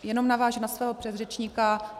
Jenom navážu na svého předřečníka.